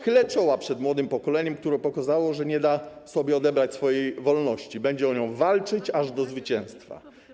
Chylę czoła przed młodym pokoleniem, które pokazało, że nie da sobie odebrać wolności, będzie o nią walczyć aż do zwycięstwa.